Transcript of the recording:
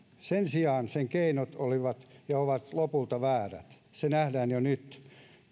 sen sijaan sen keinot olivat ja ovat lopulta väärät se nähdään jo nyt